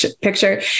picture